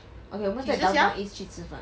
okay 我们再找一天去吃饭